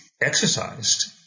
Exercised